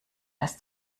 dass